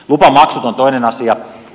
lupamaksut ovat toinen asia